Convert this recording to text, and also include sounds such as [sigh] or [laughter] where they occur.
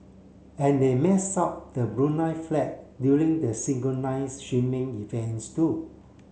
and they mess up the Brunei flag during the synchronised [unintelligible] events too